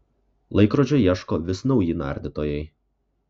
laikrodžio ieško vis nauji nardytojai